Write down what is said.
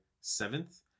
seventh